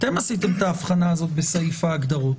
אתם עשיתם את האבחנה הזאת בסעיף ההגדרות.